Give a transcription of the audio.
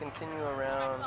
continue around